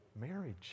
marriage